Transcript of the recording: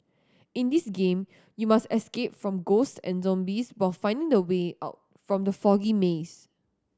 in this game you must escape from ghosts and zombies while finding the way out from the foggy maze